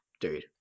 dude